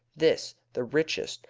this, the richest,